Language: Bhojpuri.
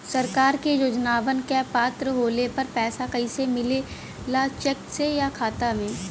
सरकार के योजनावन क पात्र होले पर पैसा कइसे मिले ला चेक से या खाता मे?